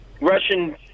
Russian